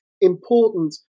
important